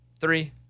Three